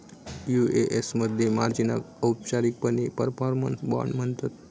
UAS मध्ये मार्जिनाक औपचारिकपणे परफॉर्मन्स बाँड म्हणतत